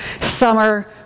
summer